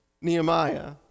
Nehemiah